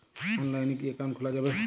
অনলাইনে কি অ্যাকাউন্ট খোলা যাবে?